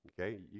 Okay